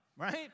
right